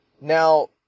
Now